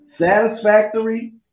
satisfactory